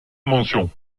mention